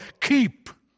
Keep